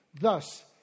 Thus